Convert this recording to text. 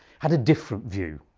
had a different view,